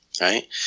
right